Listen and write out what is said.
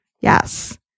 Yes